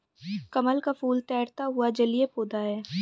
कमल का फूल तैरता हुआ जलीय पौधा है